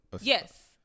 yes